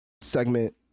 segment